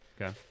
Okay